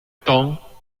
temps